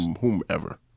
whomever